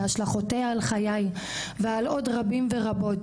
בהשלכותיה על חיי ועל עוד רבים ורבות,